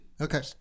Okay